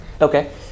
okay